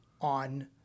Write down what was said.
on